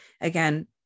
again